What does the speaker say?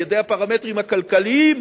על-ידי הפרמטרים הכלכליים,